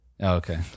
okay